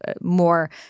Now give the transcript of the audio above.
more